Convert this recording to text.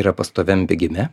yra pastoviam degime